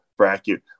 Bracket